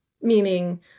meaning